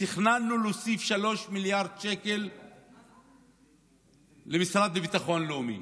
תכננו להוסיף 3 מיליארד שקל למשרד לביטחון הלאומי,